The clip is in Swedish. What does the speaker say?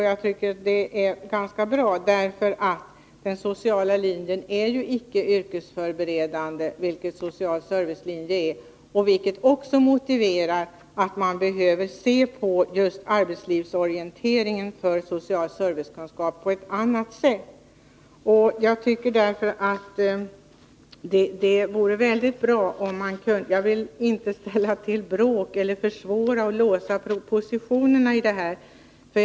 Jag tror att detta var ganska bra, eftersom den sociala linjen icke är yrkesförberedande, vilket däremot den sociala servicelinjen är. Även detta motiverar att man betraktar arbetslivsorienteringen för social servicekunskap på ett annat sätt. Jag vill inte försvåra eller låsa propositionsskrivandet på denna punkt.